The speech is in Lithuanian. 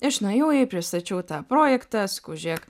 aš nuėjau jai pristačiau tą projektą sakau žiūrėk